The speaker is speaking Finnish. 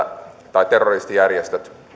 tai terroristijärjestöt